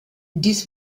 dies